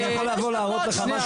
אני יכול לבוא להראות לך משהו,